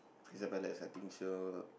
Crystal-Palace exciting [siol]